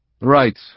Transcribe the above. Right